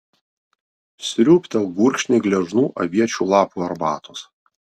sriūbtelk gurkšnį gležnų aviečių lapų arbatos